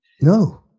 No